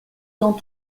dans